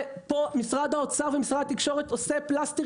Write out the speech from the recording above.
משרד האוצר ומשרד התקשורת עושים פלסתר